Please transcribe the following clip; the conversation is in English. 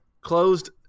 closed